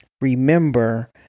remember